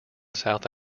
south